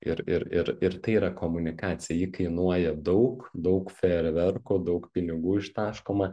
ir ir ir ir tai yra komunikacija ji kainuoja daug daug fejerverkų daug pinigų ištaškoma